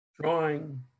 drawing